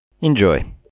Enjoy